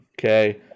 okay